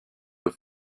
the